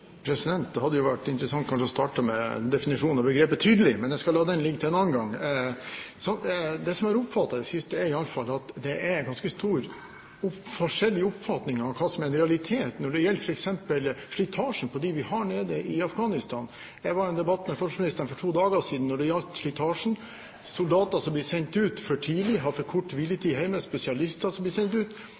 Det hadde jo vært interessant kanskje å starte med definisjonen av begrepet «tydelig», men jeg skal la det ligge til en annen gang. Det som jeg har oppfattet i det siste, er iallfall at det er ganske forskjellig oppfatning av hva som er en realitet når det gjelder f.eks. slitasjen på dem vi har nede i Afghanistan. Jeg var i en debatt med forsvarsministeren for to dager siden når det gjaldt slitasjen, om soldater som blir sendt ut for tidlig og har for kort hviletid hjemme, og spesialister som blir sendt ut.